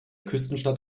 küstenstadt